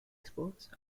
exports